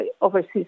overseas